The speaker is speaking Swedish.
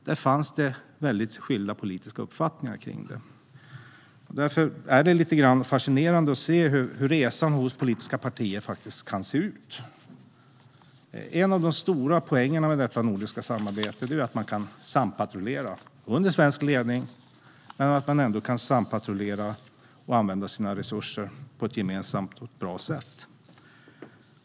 Där fanns det väldigt skilda politiska uppfattningar. Därför är det lite fascinerande att se hur resan för politiska partier faktiskt kan se ut. En av de stora poängerna med detta nordiska samarbete är att man kan sampatrullera under svensk ledning och använda sina resurser på ett gemensamt och bra sätt.